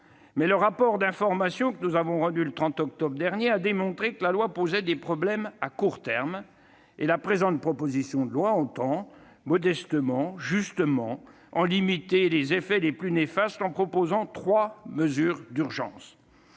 mais le rapport d'information que nous avons rendu le 30 octobre dernier a démontré que la loi posait des problèmes à court terme. La présente proposition de loi entend, modestement, en limiter les effets les plus néfastes, en comportant trois mesures d'urgence.